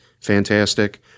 fantastic